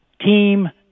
Team